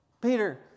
Peter